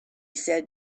said